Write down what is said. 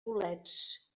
bolets